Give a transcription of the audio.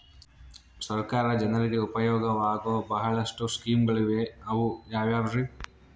ಸರ್ಕಾರ ಜನರಿಗೆ ಉಪಯೋಗವಾಗೋ ಬಹಳಷ್ಟು ಸ್ಕೇಮುಗಳಿವೆ ಅವು ಯಾವ್ಯಾವ್ರಿ?